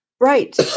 Right